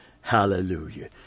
Hallelujah